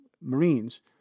Marines